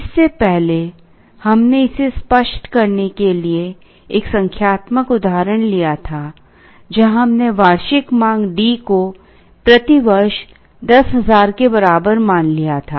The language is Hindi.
इससे पहले हमने इसे स्पष्ट करने के लिए एक संख्यात्मक उदाहरण लिया था जहां हमने वार्षिक मांग D को प्रति वर्ष 10000 के बराबर मान लिया था